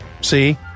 See